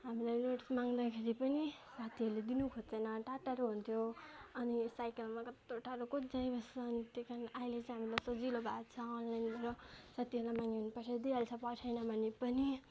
हामीलाई नोट्स माग्दाखेरि पनि साथीहरूले दिनु खोज्दैन टाढो टाढो हुन्थ्यो अनि साइकलमा कत्रो टाढो को गइबस्छ अनि त्यही कारणले आहिले चाहिँ हामीलाई सजिलो भाछ अनलाइन भएर साथीहरूलाई माग्यो भने पठाइ दिइहाल्छ पठाएन भने पनि